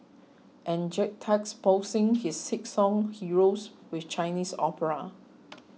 and juxtaposing his sit song Heroes with Chinese opera